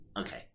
Okay